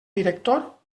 director